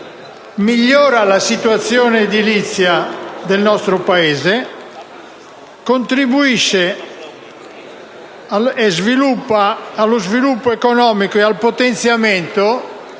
migliora la situazione edilizia del nostro Paese e contribuisce allo sviluppo economico e al potenziamento